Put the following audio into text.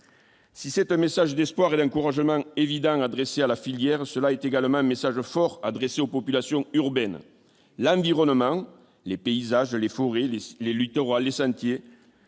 si c'est un message d'espoir et d'encouragement évident adressée à la filière cela est également un message fort adressé aux populations urbaines, l'environnement, les paysages, l'effort les les sentiers.